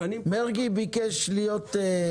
מרגי ביקש להיות.